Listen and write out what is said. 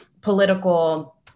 political